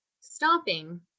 stopping